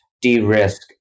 de-risk